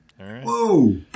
Whoa